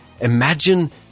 imagine